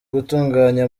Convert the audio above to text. gutunganya